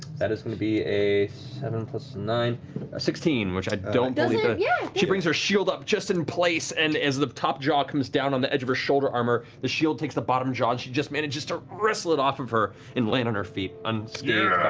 that is going to be a seven plus nine, a sixteen, which i don't believe so yeah she brings her shield up just in place, and as the top jaw comes down on the edge of her shoulder armor, the shield takes the bottom jaw, and she just manages to wrestle it off of her and land on her feet, unscathed